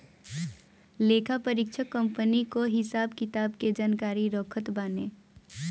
लेखापरीक्षक कंपनी कअ हिसाब किताब के जानकारी रखत बाने